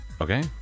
Okay